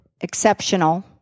exceptional